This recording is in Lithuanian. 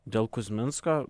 dėl kuzminsko